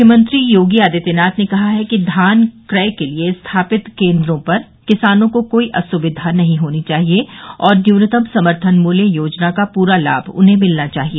मुख्यमंत्री योगी आदित्यनाथ ने कहा है कि धान क्रय के लिये स्थापित केन्द्रों पर किसानों को कोई असुविधा नहीं होनी चाहिए और न्यूनतम समर्थन मूल्य योजना का पूरा लाभ उन्हें मिलना चाहिए